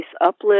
uplift